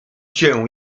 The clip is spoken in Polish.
cię